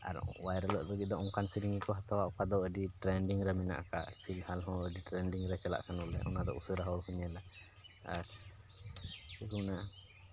ᱟᱨ ᱵᱷᱟᱨᱟᱞᱚᱜ ᱞᱟᱹᱜᱤᱫ ᱫᱚ ᱚᱱᱠᱟᱱ ᱥᱮᱨᱮᱧ ᱜᱮᱠᱚ ᱦᱟᱛᱟᱣᱟ ᱚᱠᱟ ᱫᱚ ᱟᱹᱰᱤ ᱴᱨᱮᱱᱰᱤᱝ ᱨᱮ ᱢᱮᱱᱟᱜ ᱟᱠᱟᱫ ᱯᱷᱤᱞ ᱦᱟᱞ ᱦᱚᱸ ᱟᱹᱰᱤ ᱴᱨᱮᱱᱰᱤᱝ ᱨᱮ ᱪᱟᱞᱟᱜ ᱠᱟᱱᱟ ᱵᱚᱞᱮ ᱚᱱᱟᱫᱚ ᱟᱹᱰᱤ ᱩᱥᱟᱹᱨᱟ ᱦᱚᱲ ᱠᱚ ᱧᱮᱞᱟ ᱟᱨ ᱪᱮᱫ ᱠᱚ ᱢᱮᱱᱟ